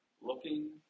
looking